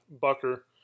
Bucker